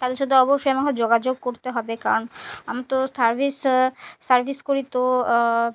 তাহলে শুধু অবশ্যই আমাকে যোগাযোগ করতে হবে কারণ আমি তো সার্ভিস সার্ভিস করি তো